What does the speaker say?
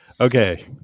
okay